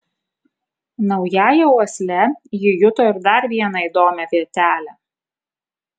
naująja uosle ji juto ir dar vieną įdomią vietelę